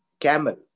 Camel